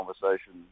conversation